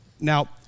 Now